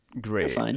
great